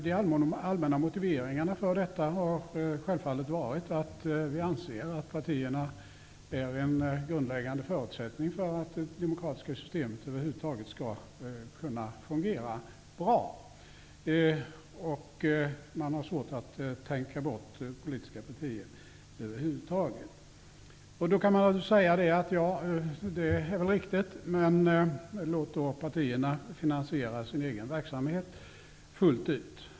De allmänna motiveringarna för detta har självfallet varit att vi anser att partierna är en grundläggande förutsättning för att det demokratiska systemet över huvud taget skall kunna fungera bra. Man har svårt att tänka bort politiska partier över huvud taget. Man kan naturligtvis säga att detta är riktigt, men att partierna skall finansiera sin egen verksamhet fullt ut.